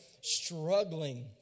struggling